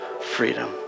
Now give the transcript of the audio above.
freedom